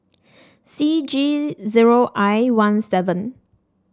C G zero I one seven